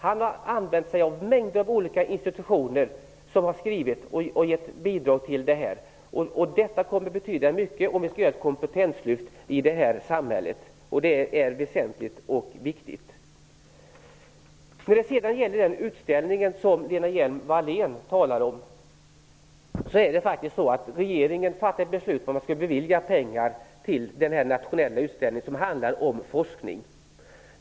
Han har låtit mängder av institutioner utarbeta bidrag till materialet. Det kommer att betyda mycket för genomförandet av ett kompetenslyft i vårt samhälle, något som är högst väsentligt. När det sedan gäller den utställning som Lena Hjelm-Wallén talar om har regeringen faktiskt fattat beslut om att bevilja pengar till denna nationella utställning om forskning.